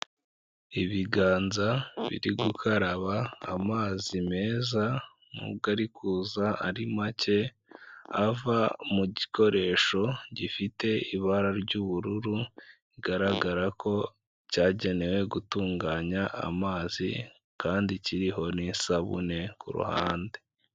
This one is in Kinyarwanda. Ibiganza biri gukaraba amazi meza n'ubwo ari kuza ari make, ava mu gikoresho gifite ibara ry'ubururu, bigaragara ko cyagenewe gutunganya amazi kandi kiriho n'isabune ku ruhande.